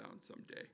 someday